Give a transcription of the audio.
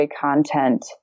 content